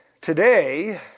today